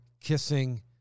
kissing